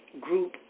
group